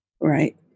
Right